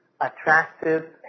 attractive